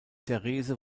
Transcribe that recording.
therese